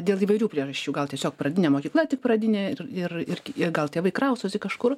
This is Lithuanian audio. dėl įvairių priežasčių gal tiesiog pradinė mokykla tik pradinė ir ir ir ir gal tėvai kraustosi kažkur